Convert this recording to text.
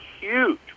huge